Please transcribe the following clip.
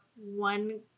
one